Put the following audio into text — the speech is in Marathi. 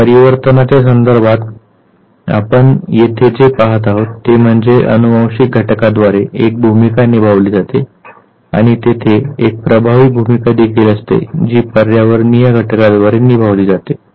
तर परिवर्तनाच्या संदर्भात आपण येथे जे पहात आहोत ते म्हणजे अनुवांशिक घटकाद्वारे एक भूमिका निभावली जाते आणि तेथे एक प्रभावी भूमिका देखील असते जी पर्यावरणीय घटकाद्वारे निभावली जाते